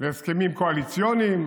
להסכמים קואליציוניים,